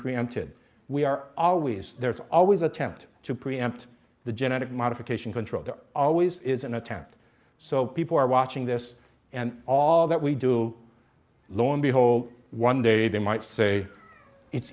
preempted we are always there's always attempt to preempt the genetic modification control there always is an attempt so people are watching this and all that we do lo and behold one day they might say it's